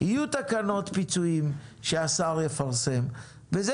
יהיו תקנות פיצויים שהשר יפרסם וזה